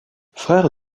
frère